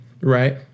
Right